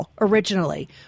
originally